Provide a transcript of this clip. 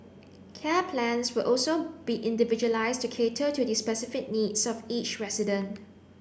care plans will also be individualised to cater to the specific needs of each resident